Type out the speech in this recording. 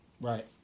Right